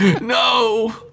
No